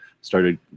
started